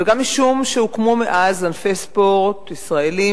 וגם משום שהוקמו מאז ענפי ספורט ישראליים